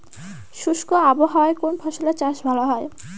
শুষ্ক আবহাওয়ায় কোন ফসলের চাষ ভালো হয়?